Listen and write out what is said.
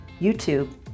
YouTube